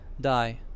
die